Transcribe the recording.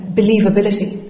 believability